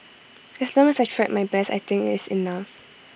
as long as I tried my best I think IT is enough